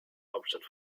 hauptstadt